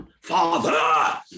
Father